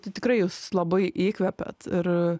tai tikrai jus labai įkvepiat ir